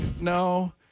No